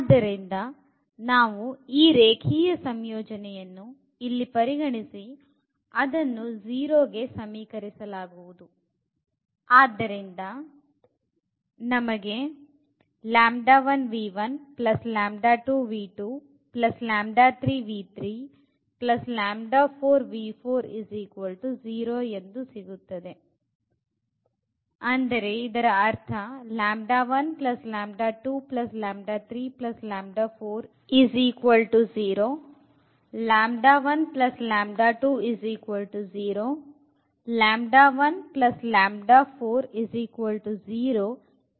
ಆದ್ದರಿಂದ ನಾವು ಈ ರೇಖೀಯ ಸಂಯೋಜನೆಯನ್ನು ಇಲ್ಲಿ ಪರಿಗಣಿಸಿ ಅದನ್ನು 0 ಗೆ ಸಮೀಕರಿಸಲಾಗುವುದು